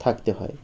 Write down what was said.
থাকতে হয়